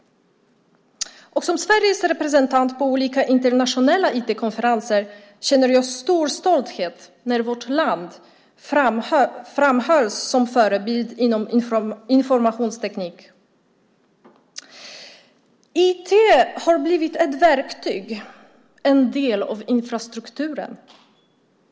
Som Sveriges representant på olika internationella IT-konferenser känner jag stor stolthet när vårt land framhålls som förebild inom informationstekniken. IT har blivit ett verktyg, en del av infrastrukturen.